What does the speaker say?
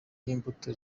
y’imbuto